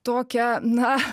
tokią na